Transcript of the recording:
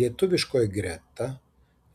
lietuviškoji greta